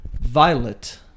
Violet